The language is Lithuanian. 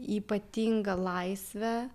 ypatinga laisvė